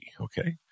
okay